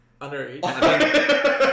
Underage